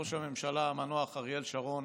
ראש הממשלה המנוח אריאל שרון